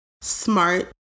smart